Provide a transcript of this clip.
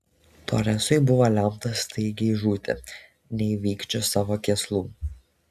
toresui buvo lemta staigiai žūti neįvykdžius savo kėslų